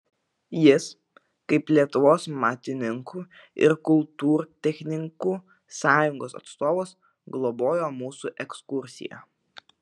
jis kaip lietuvos matininkų ir kultūrtechnikų sąjungos atstovas globojo mūsų ekskursiją